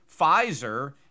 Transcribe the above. Pfizer